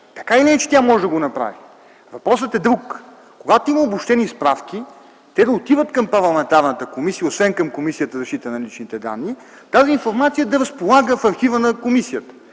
Така или иначе тя може да го направи. Въпросът е друг – когато има обобщени справки, те да отиват към парламентарната комисия, освен към Комисията за защита на личните данни, с тази информация да разполагат в архива на комисията.